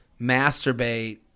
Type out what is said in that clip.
masturbate